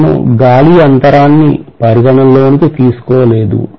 నేను గాలి అంతరాన్ని పరిగణలోనికి తీసుకోలేదు